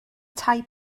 tai